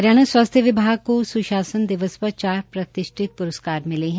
हरियाणा स्वास्थ्य विभाग को सुशासन दिवस पर चार प्रतिष्ठित पुरस्कार मिले है